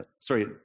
Sorry